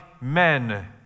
men